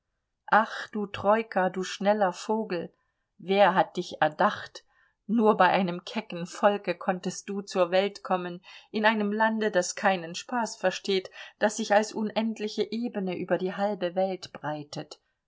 ach du troika du schneller vogel wer hat dich erdacht nur bei einem kecken volke konntest du zur welt kommen in einem lande das keinen spaß versteht das sich als unendliche ebene über die halbe welt breitet